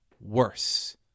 worse